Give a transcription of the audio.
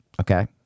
Okay